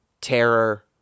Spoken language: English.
terror